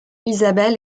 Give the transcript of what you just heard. isabel